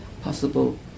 possible